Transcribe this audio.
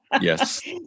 Yes